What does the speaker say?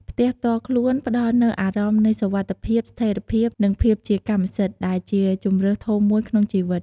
ផ្ទះផ្ទាល់ខ្លួនផ្ដល់នូវអារម្មណ៍នៃសុវត្ថិភាព ស្ថេរភាព និងភាពជាកម្មសិទ្ធិដែលជាជម្រើសធំមួយក្នុងជីវិត។